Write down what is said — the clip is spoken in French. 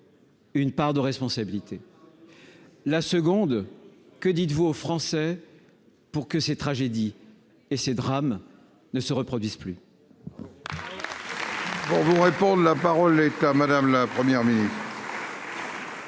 Une part de responsabilité, la seconde, que dites-vous aux Français pour que ces tragédies et ces drames ne se reproduisent plus. Pour vous répondre, la parole est à Madame la première minute.